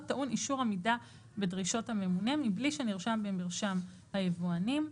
טעון אישור עמידה בדרישות הממונה מבלי שנרשם במרשם היבואנים,